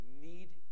need